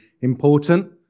important